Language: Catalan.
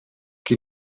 qui